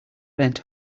bent